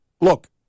look